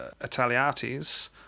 Italiates